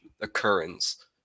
occurrence